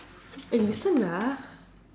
eh listen lah